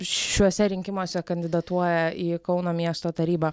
šiuose rinkimuose kandidatuoja į kauno miesto tarybą